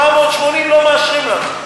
780 לא מאשרים לנו.